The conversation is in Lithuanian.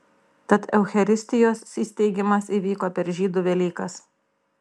tad eucharistijos įsteigimas įvyko per žydų velykas